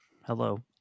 hello